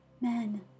Men